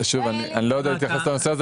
אני לא יודע להתייחס לנושא הזה.